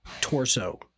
torso